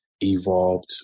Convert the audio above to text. evolved